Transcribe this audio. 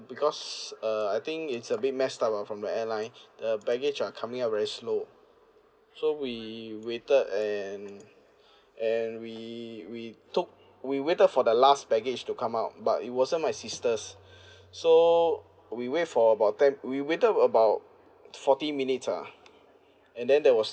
because uh I think it's a bit messed up ah from the airline uh baggage are coming up very slow so we waited and and we we took we waited for the last baggage to come out but it wasn't my sister's so we wait for about ten we waited about forty minutes ah and then there was